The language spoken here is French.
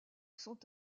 sont